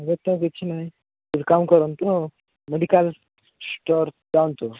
ଏବେ ତ କିଛି ନାଇଁ ଗୋଟେ କାମ କରନ୍ତୁ ମେଡ଼ିକାଲ୍ ଷ୍ଟୋର୍ ଯାଆନ୍ତୁ